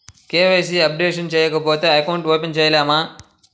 KYC updation చేయకపోతే account open చేయలేమా?